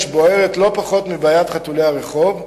בוערת לא פחות מבעיית חתולי הרחוב,